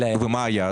מה היעד?